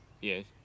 Yes